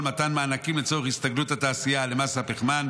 מתן מענקים לצורך הסתגלות התעשייה למס הפחמן,